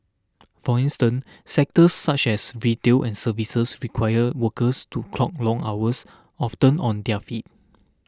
for instance sectors such as retail and services require workers to clock long hours often on their feet